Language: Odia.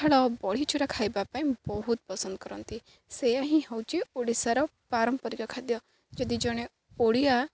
ପାଳ ବଢ଼ିଚୁରା ଖାଇବା ପାଇଁ ବହୁତ ପସନ୍ଦ କରନ୍ତି ସେଇଆ ହିଁ ହେଉଛି ଓଡ଼ିଶାର ପାରମ୍ପରିକ ଖାଦ୍ୟ ଯଦି ଜଣେ ଓଡ଼ିଆ